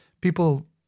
people